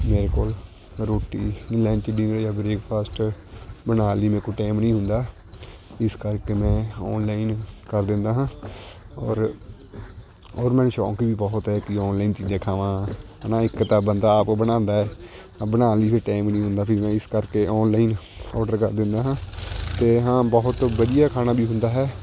ਮੇਰੇ ਕੋਲ ਰੋਟੀ ਲੰਚ ਡਿਨਰ ਜਾਂ ਬ੍ਰੇਕਫਾਸਟ ਬਣਾਉਣ ਲਈ ਮੇਰੇ ਕੋਈ ਟੈਮ ਨਹੀਂ ਹੁੰਦਾ ਇਸ ਕਰਕੇ ਮੈਂ ਔਨਲਾਈਨ ਕਰ ਦਿੰਦਾ ਹਾਂ ਔਰ ਔਰ ਮੈਨੂੰ ਸ਼ੌਂਕ ਵੀ ਬਹੁਤ ਹੈ ਕਿ ਔਨਲਾਈਨ ਚੀਜ਼ਾਂ ਖਾਵਾਂ ਹੈ ਨਾ ਇੱਕ ਤਾਂ ਬੰਦਾ ਆਪ ਬਣਾਉਂਦਾ ਤਾਂ ਬਣਾਉਣ ਲਈ ਫਿਰ ਟੈਮ ਨਹੀਂ ਹੁੰਦਾ ਕਿਉਂਕਿ ਮੈਂ ਇਸ ਕਰਕੇ ਔਨਲਾਈਨ ਔਡਰ ਕਰ ਦਿੰਦਾ ਹਾਂ ਅਤੇ ਹਾਂ ਬਹੁਤ ਵਧੀਆ ਖਾਣਾ ਵੀ ਹੁੰਦਾ ਹੈ